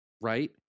Right